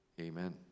amen